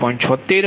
76 અને 73